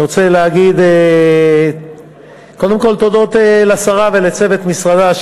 אני רוצה להגיד קודם כול תודות לשרה ולצוות משרדה,